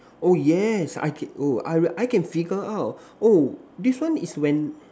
oh yes I keep oh I I can figure out oh this one is when